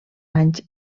anys